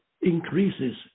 increases